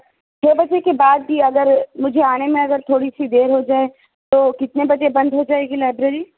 دو بجے کے بعد بھی اگر مجھے آنے میں اگر تھوڑی سی دیر ہو جائے تو کتنے بجے بند ہو جائے گی لابئریری